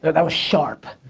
that was sharp.